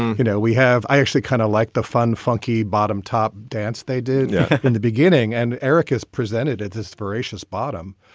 you know, we have i actually kind of like the fun funky bottom top dance they did in the beginning and eric has presented its aspirations bottom.